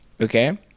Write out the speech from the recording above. okay